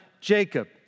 Jacob